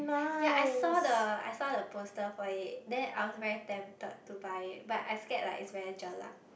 yea I saw the I saw the poster for it then I was very tempted to buy it but I scared like it's very jelak